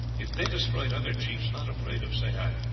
if they destroyed, other chiefs not afraid of sehi,